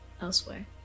elsewhere